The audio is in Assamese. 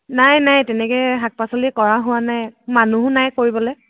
নাই নাই তেনেকৈ শাক পাচলি কৰা হোৱা নাই মানুহো নাই কৰিবলৈ